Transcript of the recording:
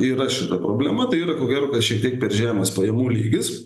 yra šita problema tai ir ko gero šiek tiek per žemas pajamų lygis